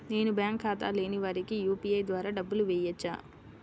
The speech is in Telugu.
నేను బ్యాంక్ ఖాతా లేని వారికి యూ.పీ.ఐ ద్వారా డబ్బులు వేయచ్చా?